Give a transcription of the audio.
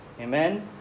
Amen